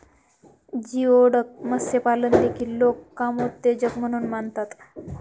geoduck मत्स्यपालन देखील लोक कामोत्तेजक म्हणून मानतात